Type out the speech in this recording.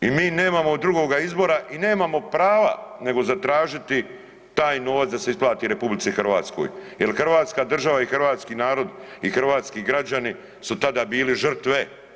I mi nemamo drugoga izbora i nemamo prava nego zatražiti taj novac da se isplati RH jel hrvatska država i hrvatski narod i hrvatski građani su tada bili žrtve.